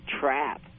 trap